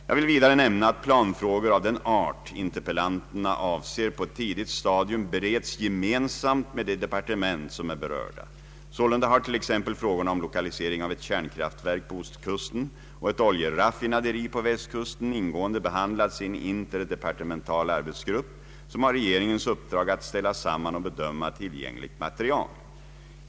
Jag vill vidare nämna att planfrågor av den art interpellanterna avser på ett tidigt stadium bereds gemensamt med de departement som är berörda. Sålunda har t.ex. frågorna om lokalisering av ett kärnkraftverk på Ostkusten och ett oljeraffinaderi på Västkusten ingående behandlats i en interdepartemental arbetsgrupp som har regeringens uppdrag att ställa samman och bedöma tillgängligt material.